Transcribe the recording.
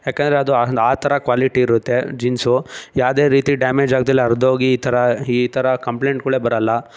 ಯಾಕೆಂದರೆ ಅದು ಹಂಗೆ ಆ ಥರ ಕ್ವಾಲಿಟಿ ಇರುತ್ತೆ ಜೀನ್ಸು ಯಾವುದೇ ರೀತಿ ಡ್ಯಾಮೇಜ್ ಆಗ್ದೆ ಹರ್ದೋಗಿ ಈ ಥರ ಈ ಥರ ಕಂಪ್ಲೇಂಟ್ಗಳೇ ಬರೋಲ್ಲ